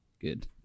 Good